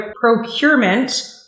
procurement